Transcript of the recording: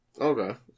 Okay